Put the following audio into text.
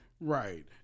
Right